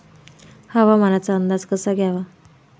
हवामानाचा अंदाज कसा घ्यावा?